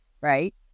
right